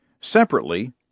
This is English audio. Separately